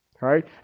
Right